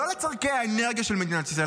לא לצורכי האנרגיה של מדינת ישראל,